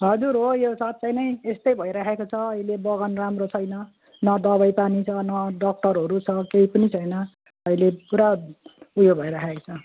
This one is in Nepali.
हजुर हो यो साँच्चै नै यस्तै भइराखेको छ अहिले बगान राम्रो छैन न दबाईपानी छ न डक्टरहरू छ केही पनि छैन अहिले पुरा यो भइराखेको छ